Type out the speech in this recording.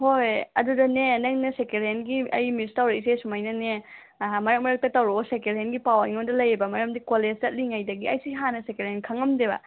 ꯍꯣꯏ ꯑꯗꯨꯗꯅꯦ ꯅꯪꯅ ꯁꯦꯀꯦꯟ ꯍꯦꯟꯒꯤ ꯑꯩ ꯃꯤꯁ ꯇꯧꯔꯛꯏꯁꯦ ꯁꯨꯃꯥꯏꯅꯅꯦ ꯃꯔꯛ ꯃꯔꯛꯇ ꯇꯧꯔꯛꯑꯣ ꯁꯦꯀꯦꯟ ꯍꯦꯟꯒꯤ ꯄꯥꯎ ꯑꯩꯉꯣꯟꯗ ꯂꯩꯑꯕ ꯃꯔꯝꯗꯤ ꯀꯣꯂꯦꯖ ꯆꯠꯂꯤꯉꯩꯗꯒꯤ ꯑꯩꯁꯤ ꯍꯥꯟꯅ ꯁꯦꯀꯦꯟ ꯍꯦꯟ ꯈꯪꯉꯝꯗꯦꯕ